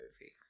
movie